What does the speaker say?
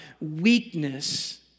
weakness